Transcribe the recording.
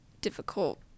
difficult